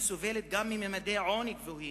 שסובלת גם מממדי עוני גבוהים,